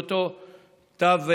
באותו תו,